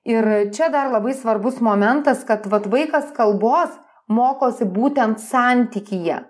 ir čia dar labai svarbus momentas kad vat vaikas kalbos mokosi būtent santykyje